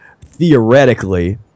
theoretically